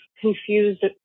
confused